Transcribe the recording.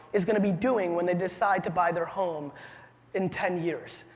is gonna be doing when they decide to buy their home in ten years?